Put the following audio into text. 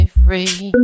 free